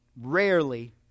rarely